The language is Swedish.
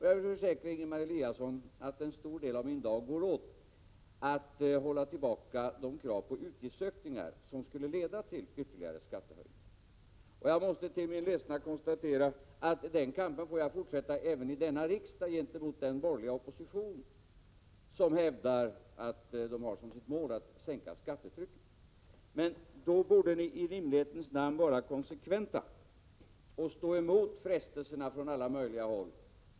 Jag vill försäkra Ingemar Eliasson att en stor del av min dag går åt till att hålla tillbaka krav på utgiftsökningar som skulle leda till ytterligare skattehöjningar. Jag måste till min ledsnad konstatera att den kampen får jag fortsätta även i denna riksdag gentemot den borgerliga opposition som hävdar att den har som sitt mål att sänka skattetrycket. Då borde ni i rimlighetens namn vara konsekventa och stå emot de frestelser som kommer från alla möjliga håll.